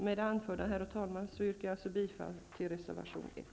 Med det anförda yrkar jag bifall till reservation 1.